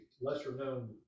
lesser-known